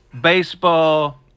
baseball